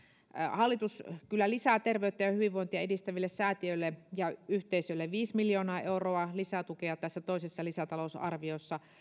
hallitus kyllä lisää terveyttä ja hyvinvointia edistäville säätiöille ja yhteisöille viisi miljoonaa euroa lisätukea tässä toisessa lisätalousarviossa